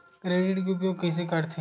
Credit के उपयोग कइसे करथे?